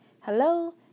hello